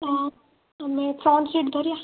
ହଁ ଆମେ front seat ଧରିଆ